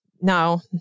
no